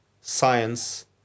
science